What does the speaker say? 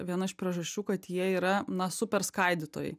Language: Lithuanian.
viena iš priežasčių kad jie yra na super skaidytojai